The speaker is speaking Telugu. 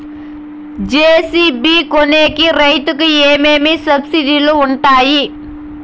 జె.సి.బి కొనేకి రైతుకు ఏమేమి సబ్సిడి లు వుంటాయి?